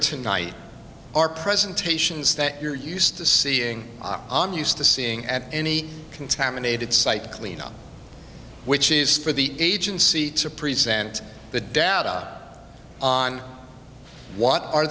tonight are presentations that you're used to seeing on used to seeing at any contaminated site clean up which is for the agency to present the doubt up on what are